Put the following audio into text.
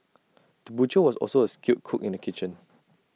the butcher was also A skilled cook in the kitchen